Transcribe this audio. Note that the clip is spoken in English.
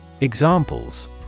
Examples